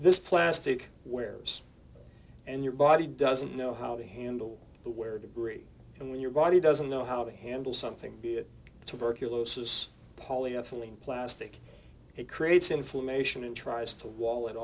this plastic wears and your body doesn't know how to handle the wear degree and when your body doesn't know how to handle something be it tuberculosis polyethylene plastic it creates inflammation and tries to wall it